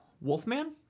Wolfman